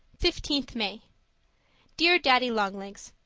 fifteenth may dear daddy-long-legs,